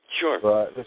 Sure